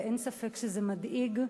ואין ספק שזה מדאיג,